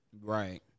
right